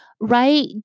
right